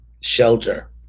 shelter